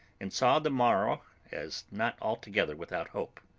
and saw the morrow as not altogether without hope.